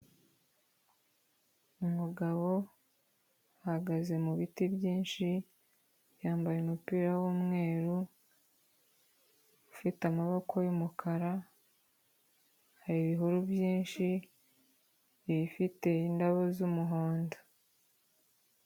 Umugabo ahagaze mu biti byinshi, yambaye umupira w'umweru, ufite amaboko y'umukara, hari ibihuru byinshi bifite indabo z'umuhondo.